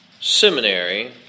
seminary